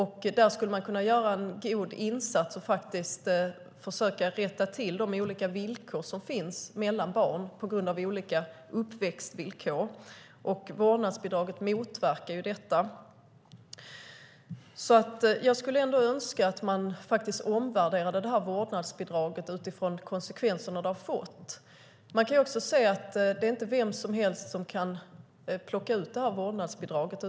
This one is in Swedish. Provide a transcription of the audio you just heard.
Där skulle man kunna göra en god insats och faktiskt försöka rätta till de olika villkor som finns mellan barn på grund av olika uppväxtvillkor. Vårdnadsbidraget motverkar detta. Jag skulle ändå önska att man omvärderar detta vårdnadsbidrag utifrån de konsekvenser som det har fått. Man kan också se att det inte är vem som helst som kan plocka ut detta vårdnadsbidrag.